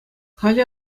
халӗ